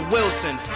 Wilson